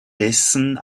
dessen